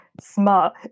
smart